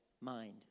mind